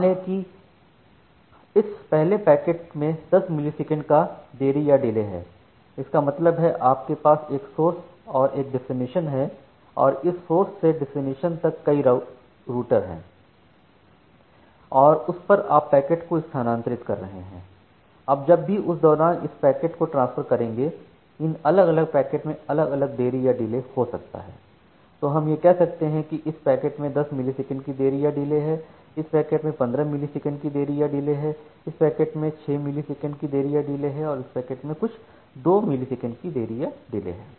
मान लें कि इस पहले पैकेट में 10 मिलीसेकंड का देरी या डिले है इसका मतलब है आपके पास एक सोर्स और एक डेस्टिनेशन है और इस सोर्स से डेस्टिनेशन तक कई रूटर हैं और उस पर आप पैकेट को स्थानांतरित कर रहे हैं अब जब भी आप उस दौरान इस पैकेट को ट्रांसफर करेंगे इन अलग अलग पैकेट में अलग अलग देरी या डिले हो सकता है तो हम यह कह सकते हैं कि इस पैकेट में 10 मिलीसेकेंड की देरी या डिले है इस पैकेट में 15 मिलीसेकंड की देरी या डिले है फिर इस पैकेट में 6 मिलीसेकंड की देरी या डिले है और इस पैकेट को कुछ 2 मिलीसेकंड का देरी या डिले है